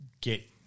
get